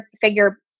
figure